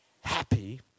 happy